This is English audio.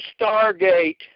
stargate